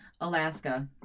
Alaska